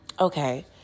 Okay